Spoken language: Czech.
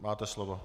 Máte slovo.